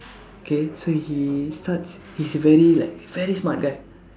okay so he starts he's a very like very smart guy